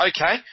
okay